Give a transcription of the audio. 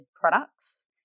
products